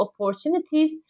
opportunities